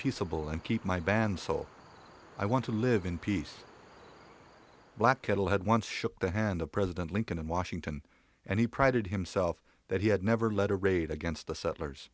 peaceable and keep my band so i want to live in peace black kettle had once shook the hand of president lincoln and washington and he prided himself that he had never let a raid against the settlers